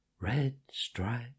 Red-stripe